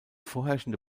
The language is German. vorherrschende